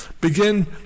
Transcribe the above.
Begin